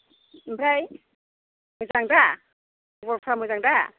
ओमफ्राय मोजां दा खबरफ्रा मोजां दा